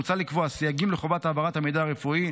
מוצע לקבוע סייגים לחובת העברת המידע הרפואי,